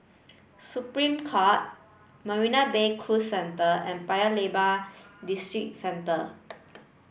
Supreme Court Marina Bay Cruise Centre and Paya Lebar Districentre